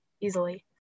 easily